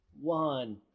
one